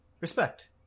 Respect